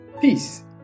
Peace